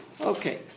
Okay